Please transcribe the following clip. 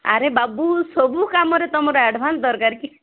ଆରେ ବାବୁ ସବୁ କାମରେ ତୁମର ଆଡ଼ଭାନ୍ସ ଦରକାର କି